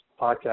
podcast